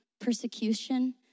persecution